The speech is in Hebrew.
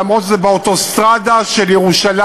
למרות שזה באוטוסטרדה של ירושלים,